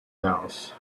house